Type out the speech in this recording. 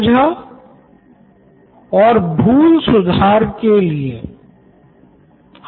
professor okay तो लिख लीजिये Nitin Kurian COO Knoin electronics छात्र की व्यक्तिगत प्राकृतिक सीमाएं